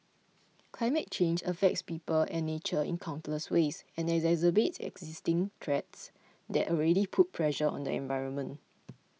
climate change affects people and nature in countless ways and exacerbates existing threats that already put pressure on the environment